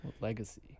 Legacy